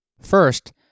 First